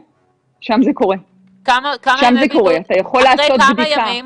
אחרי כמה ימים?